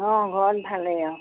অঁ ঘৰত ভালেই আৰু